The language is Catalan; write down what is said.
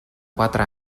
quatre